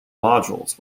modules